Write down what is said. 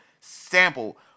sample